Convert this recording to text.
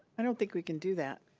i don't think we can do that.